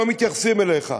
לא מתייחסים אליך,